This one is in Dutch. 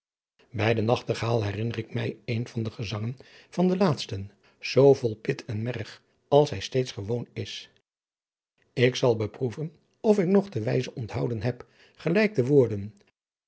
bij den nachtegaal herinner ik mij een van de gezangen van den laatsten zoo vol pit en merg als hij steeds gewoon is ik zal beproeven of ik nog de wijze onthouden heb gelijk de woorden